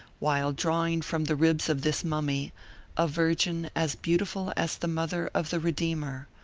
while drawing from the ribs of this mummy a virgin as beautiful as the mother of the redeemer,